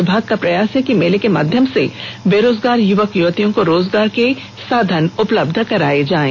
विभाग का प्रयास है कि मेले के माध्यम से बेरोजगार युवक युवतियों को रोजगार के साधन उपलब्ध कराये जायें